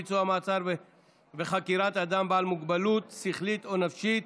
ביצוע מעצר וחקירת אדם בעל מוגבלות שכלית או נפשית),